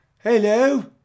hello